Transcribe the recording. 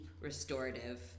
restorative